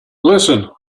listen